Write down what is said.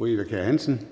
Eva Kjer Hansen (V):